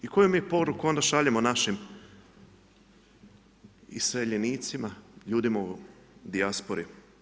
I koju mi poruku onda šaljemo našim iseljenicima, ljudima u dijaspori?